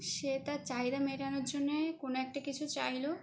সে তার চাহিদা মেটানোর জন্যে কোনো একটা কিছু চাইল